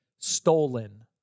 stolen